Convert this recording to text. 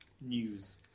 News